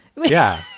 yeah.